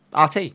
RT